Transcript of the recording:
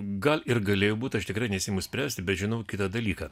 gal ir galėjo būt aš tikrai nesiimu spręsti bet žinau kitą dalyką